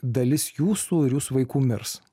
dalis jūsų ir jūsų vaikų mirs